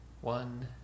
one